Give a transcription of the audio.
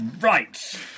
Right